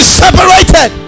separated